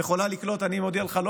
היא יכולה לקלוט לא בשנה,